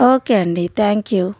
okay అండి thank you